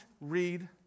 read